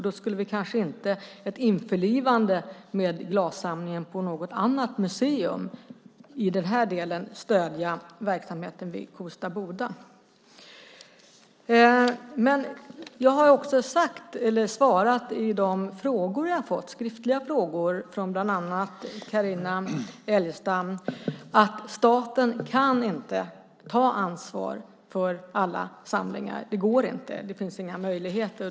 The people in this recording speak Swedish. Då skulle väl inte ett införlivande med glassamlingen på något annat museum stödja verksamheten vid Kosta Boda. Jag har också på de skriftliga frågor jag har fått från bland annat Carina Adolfsson Elgestam svarat att staten inte kan ta ansvar för alla samlingar. Det går inte. Det finns inga möjligheter.